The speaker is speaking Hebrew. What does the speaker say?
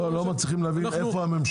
איפה הממשלה?